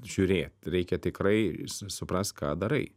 žiūrėt reikia tikrai suprast ką darai